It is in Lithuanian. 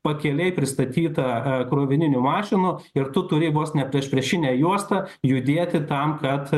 pakelėj pristatyta krovininių mašinų ir tu turi vos ne priešpriešine juosta judėti tam kad